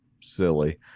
silly